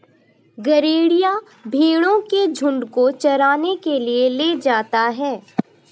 गरेड़िया भेंड़ों के झुण्ड को चराने के लिए ले जाता है